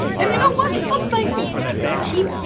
and you know what? i'm thankful for that, bakshi.